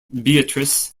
beatrice